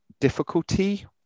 difficulty